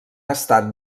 estat